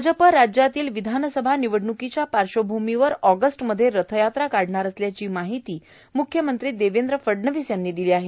भाजप राज्यातील विधानसभा निवडण्कीच्या पार्श्वभूमीवर ऑगस्टमध्ये रथयात्रा काढ णार असल्याची माहिती मुख्यमंत्री देवेंद्र फडणवीस यांनी दिली आहे